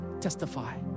testify